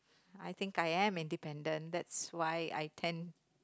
I think I am independent that's why I tend